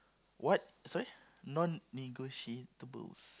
what sorry non-negotiatables